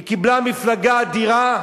היא קיבלה מפלגה אדירה,